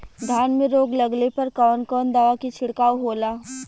धान में रोग लगले पर कवन कवन दवा के छिड़काव होला?